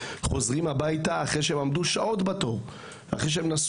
חוזרים הביתה אחרי שהם עמדו שעות בתור